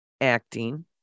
acting